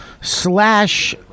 slash